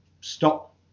stop